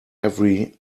every